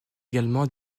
également